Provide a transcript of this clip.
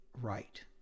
right